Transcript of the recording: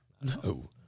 No